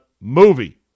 movie